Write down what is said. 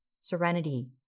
serenity